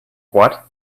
what